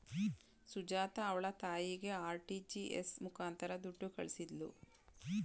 ಸುಜಾತ ಅವ್ಳ ತಾಯಿಗೆ ಆರ್.ಟಿ.ಜಿ.ಎಸ್ ಮುಖಾಂತರ ದುಡ್ಡು ಕಳಿಸಿದ್ಲು